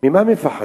ממה מפחדים?